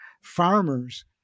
farmers